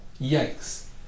Yikes